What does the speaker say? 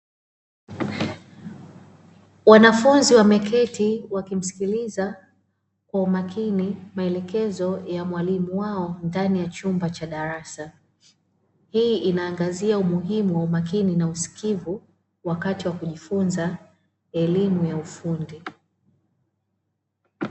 Wanafunzi wameketi wakisikiliza kwa umakini maelekezo ya mwalimu wao ndani ya chumba cha darasa. Hii inaangazia umuhimu wa umakini na usikivu wakati wa kujifunza elimu ya ufundi.